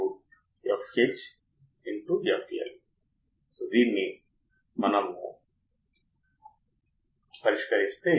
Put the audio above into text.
level shifter DC స్థాయిని సున్నా కి మారుస్తుంది